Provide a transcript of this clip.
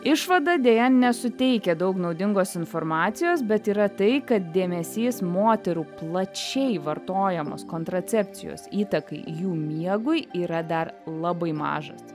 išvada deja nesuteikia daug naudingos informacijos bet yra tai kad dėmesys moterų plačiai vartojamos kontracepcijos įtakai jų miegui yra dar labai mažas